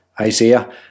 Isaiah